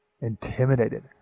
intimidated